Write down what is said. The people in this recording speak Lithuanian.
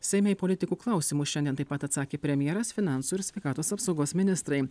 seime į politikų klausimus šiandien taip pat atsakė premjeras finansų ir sveikatos apsaugos ministrai